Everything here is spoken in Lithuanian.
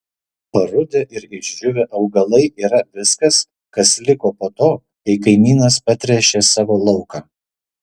parudę ir išdžiūvę augalai yra viskas kas liko po to kai kaimynas patręšė savo lauką